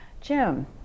Jim